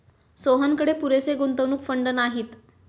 सोहनकडे पुरेसे गुंतवणूक फंड नाहीत